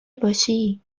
باشی